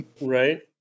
Right